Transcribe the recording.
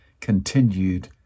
continued